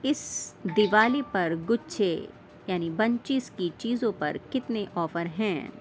اس دیوالی پر گچھے یعنی بنچیز کی چیزوں پر کتنے آفر ہیں